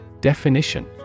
Definition